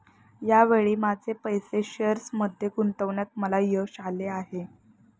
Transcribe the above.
या वेळी माझे पैसे शेअर्समध्ये गुंतवण्यात मला यश आले नाही